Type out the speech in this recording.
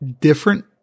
different